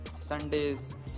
Sundays